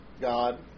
God